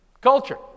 Culture